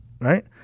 right